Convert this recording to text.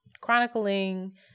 chronicling